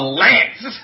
lance